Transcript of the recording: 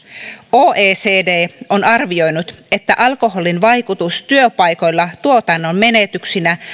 oecd on arvioinut että alkoholin vaikutus työpaikoilla tuotannon menetyksinä